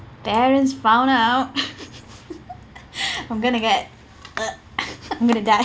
parents found out I'm going to get I'm going to die